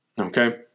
Okay